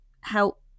help